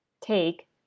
take